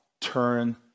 turn